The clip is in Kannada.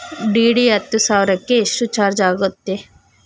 ಡಿ.ಡಿ ಹತ್ತು ಸಾವಿರಕ್ಕೆ ಎಷ್ಟು ಚಾಜ್೯ ಆಗತ್ತೆ?